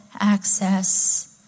access